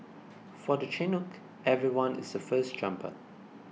for the Chinook everyone is a first jumper